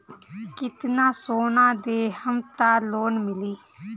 कितना सोना देहम त लोन मिली?